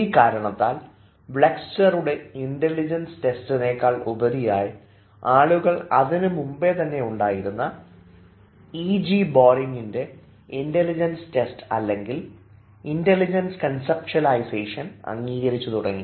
ഈ കാരണത്താൽ വെസ്ക്ലറുടെ ഇൻറലിജൻസ് ടെസ്റ്റിനേക്കാൾ ഉപരിയായി ആളുകൾ അതിനു മുൻപേ തന്നെ ഉണ്ടായിരുന്ന E G ബോറിംഗിൻറെ ഇൻറലിജൻസ് ടെസ്റ്റ് അല്ലെങ്കിൽ ഇൻറലിജൻസ് കൺസെപ്ച്യലൈസേഷൻ അംഗീകരിച്ചു തുടങ്ങി